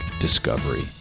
Discovery